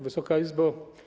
Wysoka Izbo!